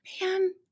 man